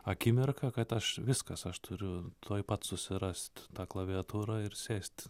akimirką kad aš viskas aš turiu tuoj pat susirast tą klaviatūrą ir sėst